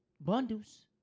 bundles